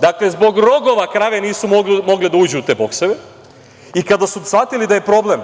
Dakle, zbog rogova krave nisu mogle da uđu u te bokseve. Kada su shvatili da je problem,